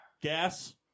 Gas